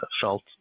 felt